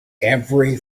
every